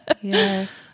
Yes